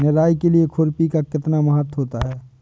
निराई के लिए खुरपी का कितना महत्व होता है?